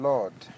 Lord